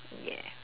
ya